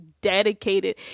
dedicated